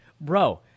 Bro